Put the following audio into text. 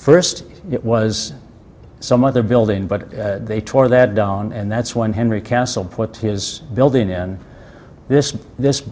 first it was some other building but they tore that down and that's when henry castle put his building in this and this